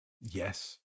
Yes